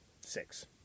six